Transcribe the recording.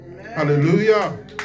hallelujah